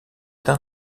d’un